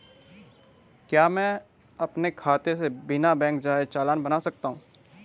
क्या मैं अपने खाते से बिना बैंक जाए चालान बना सकता हूँ?